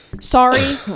Sorry